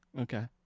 Okay